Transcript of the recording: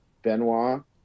benoit